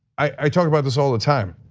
i talk about this all the time.